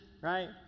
right